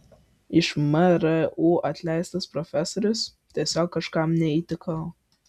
iš mru atleistas profesorius tiesiog kažkam neįtikau